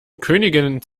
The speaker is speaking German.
königinnen